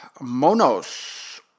Monos